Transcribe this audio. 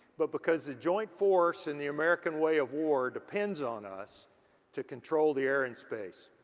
but because the joint force and the american way of war depends on us to control the air and space.